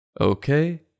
Okay